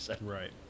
right